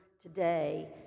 today